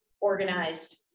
organized